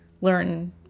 learn